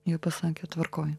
jie pasakė tvarkoj